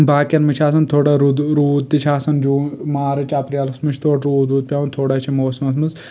باقین منٛز چھ آسان تھوڑا روٗد تہِ آسان مارچ اپریلس منٛز چھُ تھوڑا روٗد وود پیٚوان تھوڑا چھُ موسمس منٛز